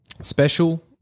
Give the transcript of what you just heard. Special